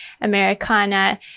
Americana